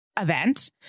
event